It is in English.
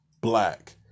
black